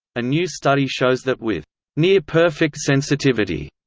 a new study shows that with near perfect sensitivity,